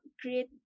create